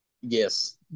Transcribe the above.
Yes